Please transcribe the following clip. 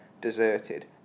deserted